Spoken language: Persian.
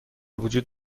وجود